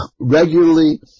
regularly